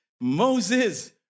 Moses